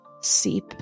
seep